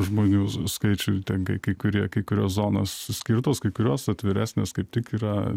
žmonių skaičiui ten kai kai kurie kai kurios zonos skirtos kai kurios atviresnės kaip tik yra